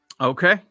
okay